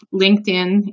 LinkedIn